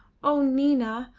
oh! nina!